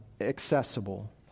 accessible